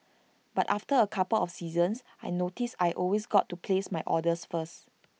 but after A couple of seasons I noticed I always got to place my orders first